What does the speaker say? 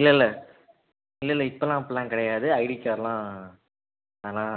இல்லைல்ல இல்லைல்ல இப்போல்லாம் அப்போல்லாம் கிடையாது ஐடி கார்ட்லாம் அதெல்லாம்